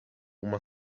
uma